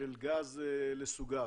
של גז לסוגיו,